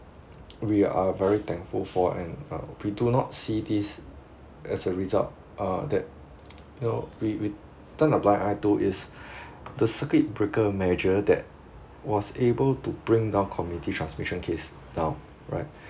we are very thankful for and um we do not see this as a result uh that you know we we turn a blind eye to is the circuit breaker major that was able to bring down community transmission case down right